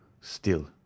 Still